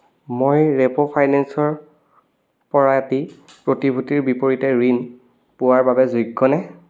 মই ৰেপ' ফাইনেন্সৰ পৰা এটি প্ৰতিভূতিৰ বিপৰীতে ঋণ পোৱাৰ বাবে যোগ্যনে